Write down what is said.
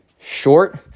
short